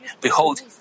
Behold